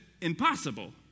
impossible